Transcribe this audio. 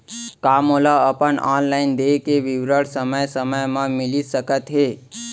का मोला अपन ऑनलाइन देय के विवरण समय समय म मिलिस सकत हे?